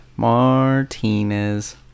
martinez